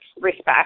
respect